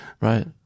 Right